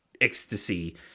ecstasy